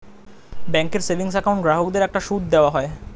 ব্যাঙ্কের savings account গ্রাহকদের একটা সুদ দেওয়া হয়